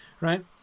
right